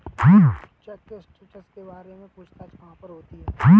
Check के status के बारे में पूछताछ कहाँ पर होती है?